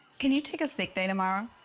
can you take a sick day tomorrow?